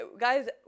guys